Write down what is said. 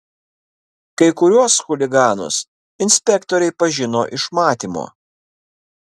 kai kuriuos chuliganus inspektoriai pažino iš matymo